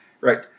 Right